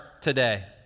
today